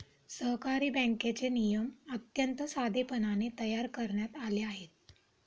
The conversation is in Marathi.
सहकारी बँकेचे नियम अत्यंत साधेपणाने तयार करण्यात आले आहेत